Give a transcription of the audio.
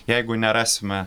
jeigu nerasime